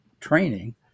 training